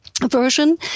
version